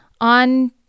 on